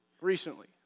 recently